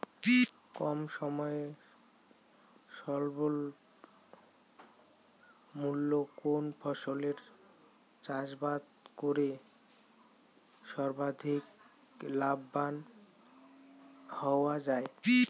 কম সময়ে স্বল্প মূল্যে কোন ফসলের চাষাবাদ করে সর্বাধিক লাভবান হওয়া য়ায়?